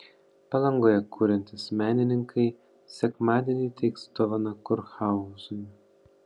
palangoje kuriantys menininkai sekmadienį įteiks dovaną kurhauzui